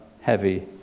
heavy